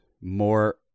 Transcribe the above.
more